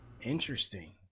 Interesting